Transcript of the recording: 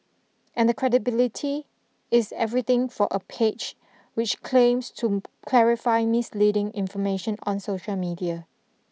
and the credibility is everything for a page which claims to clarify misleading information on social media